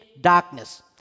darkness